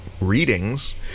readings